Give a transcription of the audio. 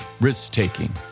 risk-taking